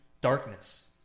darkness